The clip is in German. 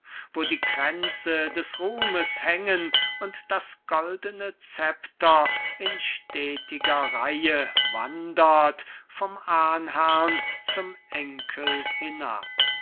wo die kränze des ruhmes hängen und das goldene scepter in stetiger reihe wandert vom ahnherrn zum enkel hinab